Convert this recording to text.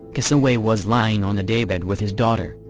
cassaway was lying on a daybed with his daughter,